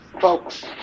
folks